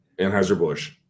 Anheuser-Busch